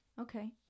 Okay